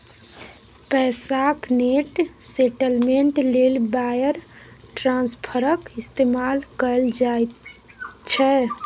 पैसाक net settlement लेल wire ट्रांस्फरक इस्तेमाल कएल जाइत छै